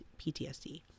PTSD